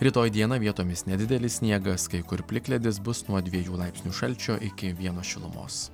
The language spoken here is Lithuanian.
rytoj dieną vietomis nedidelis sniegas kai kur plikledis bus nuo dviejų laipsnių šalčio iki vieno šilumos